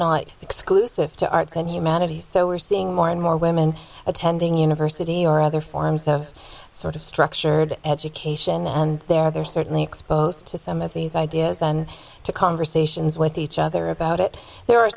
not exclusive to arts and humanities so we're seeing more and more women attending university or other forms of sort of structured education and they're certainly exposed to some of these ideas and to conversations with each other about it there are